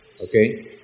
okay